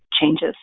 changes